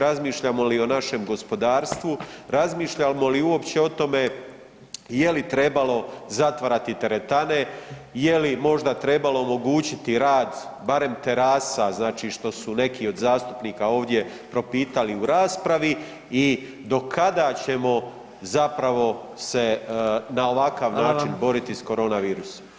Razmišljamo li o našem gospodarstvu? razmišljamo li uopće o tome je li trebalo zatvarati teretane, je li možda trebalo omogućiti rad barem terasa, znači što su neki od zastupnika ovdje propitali u raspravi i do kada ćemo zapravo se na ovakav način [[Upadica: Hvala vam]] boriti s korona virusom?